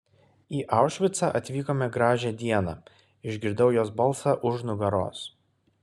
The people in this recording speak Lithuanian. į aušvicą atvykome gražią dieną išgirdau jos balsą už nugaros